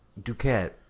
Duquette